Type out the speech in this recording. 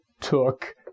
took